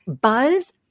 Buzz